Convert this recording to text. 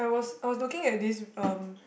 I was looking at this um